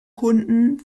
kunden